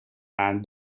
and